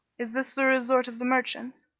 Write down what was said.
is this the resort of the merchants?